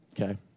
Okay